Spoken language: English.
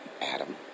Adam